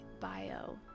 bio